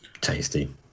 tasty